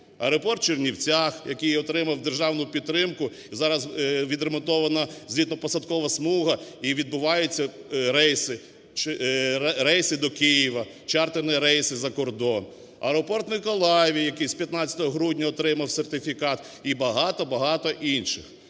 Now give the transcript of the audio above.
аеропорт в Чернівцях, який отримав державну підтримку, і зараз відремонтована злітно-посадкова смуга, і відбуваються рейси до Києва, чартерні рейси за кордон; аеропорт в Миколаєві, який з 15 грудня отримав сертифікат, і багато-багато інших.